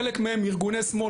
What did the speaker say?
חלק מהם ארגוני שמאל,